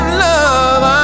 love